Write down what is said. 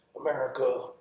America